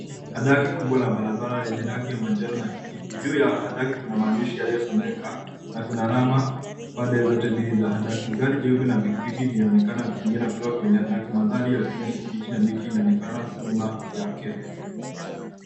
Handaki kubwa la barabara lenye rangi ya manjano na kijivu. Juu ya handaki kuna maandishi yaliyosomeka na kuna alama pande zote mbili za handaki. Gari jeupe na pikipiki vinaonekana vikiingia na kutoka kwenye handaki. Mandhari ya kijani kibichi na miti inaonekana nyuma yake.